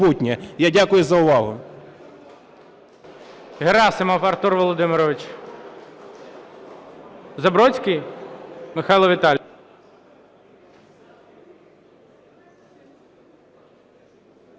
Я дякую за увагу.